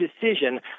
decision